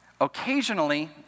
occasionally